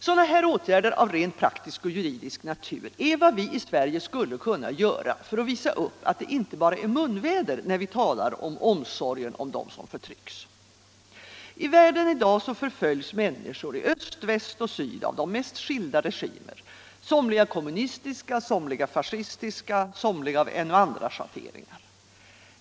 Sådana åtgärder av rent praktisk och juridisk natur är vad vi i Sverige skulle kunna göra för att visa upp att det inte bara är munväder när vi talar om omsorgen om dem som förtrycks. I världen i dag förföljs människor i öst, väst och syd av de mest skilda regimer, somliga kommunistiska, somliga fascistiska, somliga av andra schatteringar.